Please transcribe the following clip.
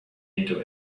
into